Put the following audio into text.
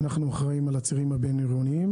ואנחנו אחראים על הצירים הבין-עירוניים.